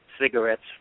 cigarettes